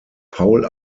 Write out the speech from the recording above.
paul